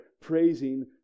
praising